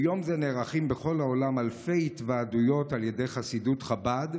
ביום זה נערכות בכל העולם אלפי התוועדויות על ידי חסידות חב"ד,